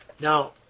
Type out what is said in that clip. Now